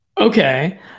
okay